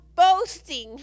boasting